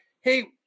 hey